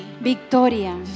Victoria